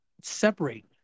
separate